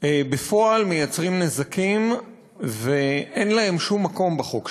בפועל מייצרים נזקים ואין להם שום מקום בחוק שלנו.